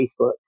Facebook